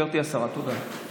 גברתי השרה, תודה.